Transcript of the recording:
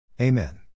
Amen